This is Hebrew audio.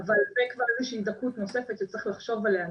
אבל זאת כבר איזושהי זכאות נוספות שצריך לחשוב עליה.